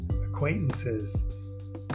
acquaintances